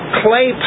clay